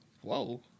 whoa